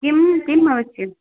किं किमवश्यम्